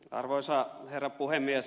arvoisa herra puhemies